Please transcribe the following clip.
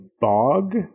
bog